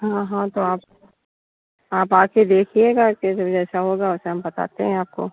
हाँ हाँ तो आप आप आ कर देखिएगा जैसा होगा वैसा हम बताते हैं आपको